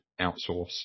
outsource